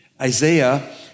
Isaiah